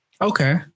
Okay